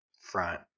front